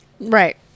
Right